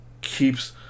keeps